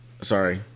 sorry